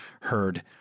heard